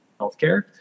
healthcare